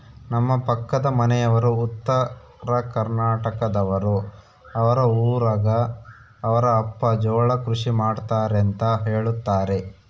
ನಮ್ಮ ಪಕ್ಕದ ಮನೆಯವರು ಉತ್ತರಕರ್ನಾಟಕದವರು, ಅವರ ಊರಗ ಅವರ ಅಪ್ಪ ಜೋಳ ಕೃಷಿ ಮಾಡ್ತಾರೆಂತ ಹೇಳುತ್ತಾರೆ